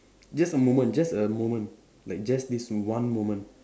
just a moment just a moment like just this one moment